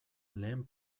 lehen